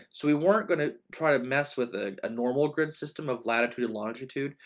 so we weren't going to try to mess with a ah normal grid system of latitude and longitude,